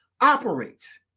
operates